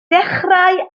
dechrau